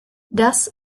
das